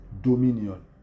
dominion